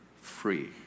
free